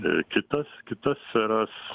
ir kitas kitas sferas